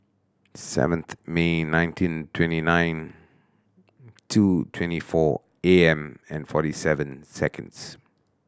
seventh May nineteen twenty nine two twenty four A M and forty seven seconds